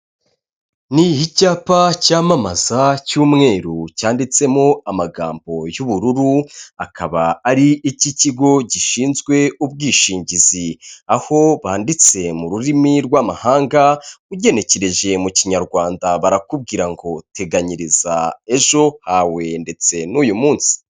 Ni icyapa cyamamaza cy'umweru cyanditsemo amagambo y'ubururu akaba ari icy'ikigo gishinzwe ubwishingizi aho banditse mu rurimi rw'amahanga, ugenekereje mu kinyarwanda barakubwira ngo teganyiriza ejo hawe ndetse n'uyu munsi.